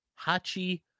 Hachi